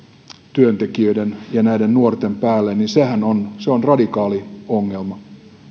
työntekijöiden ja näiden nuorten päälle se on radikaali ongelma